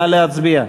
נא להצביע.